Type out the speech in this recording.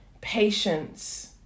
patience